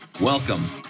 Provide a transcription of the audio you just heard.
Welcome